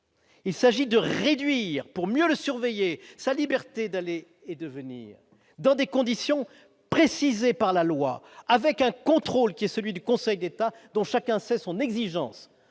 Il s'agit de réduire pour mieux surveiller sa liberté d'aller et de venir dans des conditions précisées par la loi, avec un contrôle qui est celui du Conseil d'État, dont chacun sait son exigence